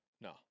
No